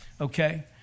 Okay